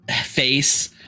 face